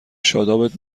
شادابت